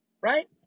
right